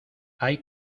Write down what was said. hay